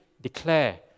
declare